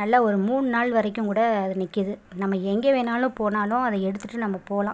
நல்ல ஒரு மூணு நாள் வரைக்கும் கூட அது நிற்குது நம்ம எங்கே வேணாலும் போனாலும் அதை எடுத்துகிட்டு நம்ம போகலாம்